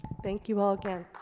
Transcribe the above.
thank you all again.